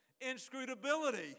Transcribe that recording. inscrutability